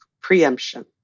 preemption